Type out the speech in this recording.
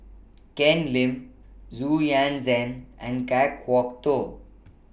Ken Lim Xu Yuan Zhen and Kan Kwok Toh